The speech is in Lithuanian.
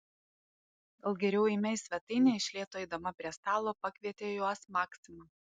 gal geriau eime į svetainę iš lėto eidama prie stalo pakvietė juos maksima